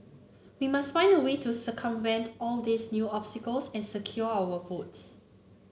we must find a way to circumvent all these new obstacles and secure our votes